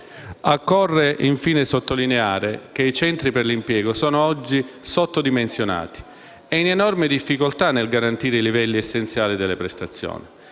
Occorre infine sottolineare che i centri per l'impiego sono oggi sottodimensionati e in enorme difficoltà nel garantire i livelli essenziali delle prestazioni.